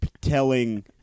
telling